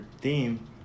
theme